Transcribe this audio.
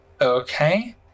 Okay